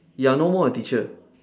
you are no more a teacher